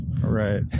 Right